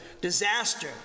Disaster